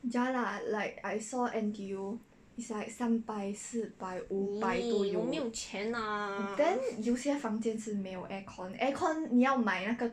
ya lah like I saw N_T_U is like 三百四百五百都有 then 有些房间是没有 aircon aircon 你要买那个